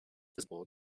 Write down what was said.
visible